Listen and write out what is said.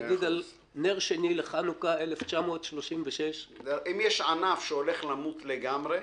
אני אגיד על נר שני לחנוכה 1936. אם יש ענף שהולך למות לגמרי,